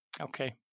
Okay